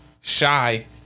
shy